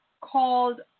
called